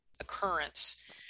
occurrence